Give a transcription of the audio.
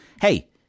Hey